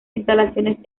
instalaciones